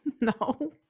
No